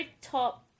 top